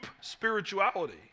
spirituality